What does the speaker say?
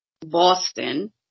Boston